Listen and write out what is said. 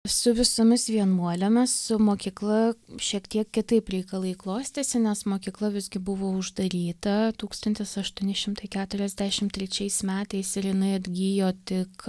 su visomis vienuolėmis su mokykla šiek tiek kitaip reikalai klostėsi nes mokykla visgi buvo uždaryta tūkstantis aštuoni šimtai keturiasdešimt trečiais metais ir jinai atgijo tik